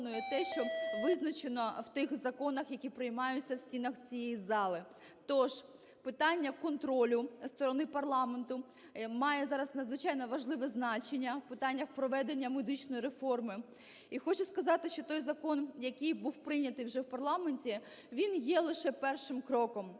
то ж питання контролю зі сторони парламенту має зараз надзвичайно важливе значення в питаннях проведення медичної реформи. І хочу сказати, що той закон, який був прийнятий вже в парламенті, він є лише першим кроком,